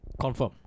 Confirm